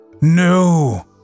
No